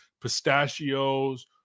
pistachios